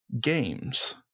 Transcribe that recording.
Games